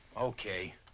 Okay